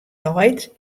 leit